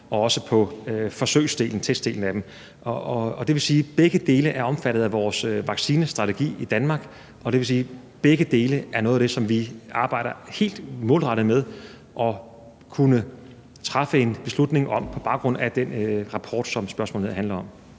både på forskningsdelen og også testdelen af den. Og det vil sige, at begge dele er omfattet af vores vaccinestrategi i Danmark, og det vil sige, at begge dele er noget af det, som vi arbejder helt målrettet med at kunne træffe en beslutning om på baggrund af den rapport, som spørgsmålet her handler om.